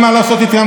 אין מה לעשות איתם,